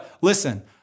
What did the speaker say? listen